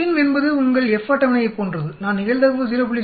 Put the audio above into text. FINV என்பது உங்கள் F அட்டவணையைப் போன்றது நான் நிகழ்தகவு 0